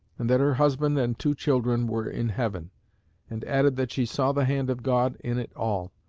and that her husband and two children were in heaven and added that she saw the hand of god in it all,